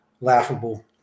laughable